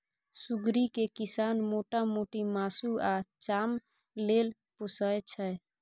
सुग्गरि केँ किसान मोटा मोटी मासु आ चाम लेल पोसय छै